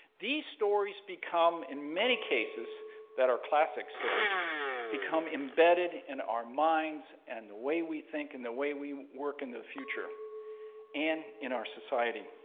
these stories become, in many cases that are classic stories become embedded in our minds and the way we think and the way we work in the future and in our society.